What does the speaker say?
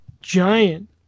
giant